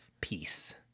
peace